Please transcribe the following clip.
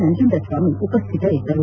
Nanjundaswamy ಉಪಸ್ಠಿತರಿದ್ದರು